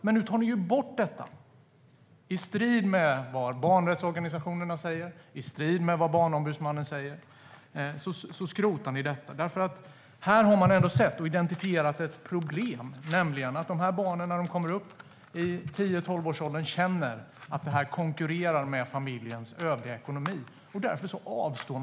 Men nu tar ni bort detta. I strid med vad barnrättsorganisationerna och Barnombudsmannen säger skrotar ni detta. Man har identifierat ett problem, nämligen att de här barnen när de kommer upp i tio till tolvårsåldern känner att fritidsaktiviteten konkurrerar med familjens övriga ekonomi och därför avstår.